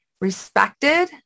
respected